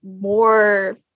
more